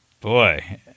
boy